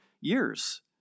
years